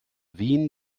wien